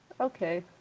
Okay